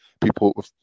People